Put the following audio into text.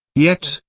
yet,